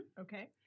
Okay